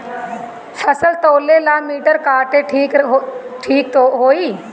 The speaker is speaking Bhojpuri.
फसल तौले ला मिटर काटा ठिक होही?